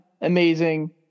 amazing